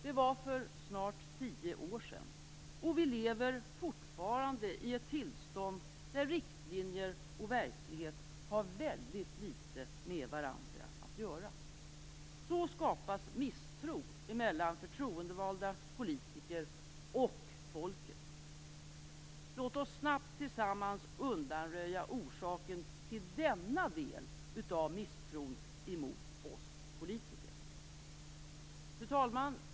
Det var för snart tio år sedan, och vi lever fortfarande i ett tillstånd där riktlinjer och verklighet har väldigt litet med varandra att göra. Så skapas misstro mellan förtroendevalda politiker och folket. Låt oss snabbt tillsammans undanröja orsaken till denna del av misstron mot oss politiker. Fru talman!